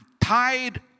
tied